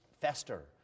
fester